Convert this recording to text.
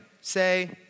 say